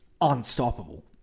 unstoppable